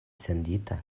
sendita